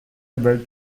able